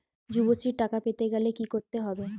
যুবশ্রীর টাকা পেতে গেলে কি করতে হবে?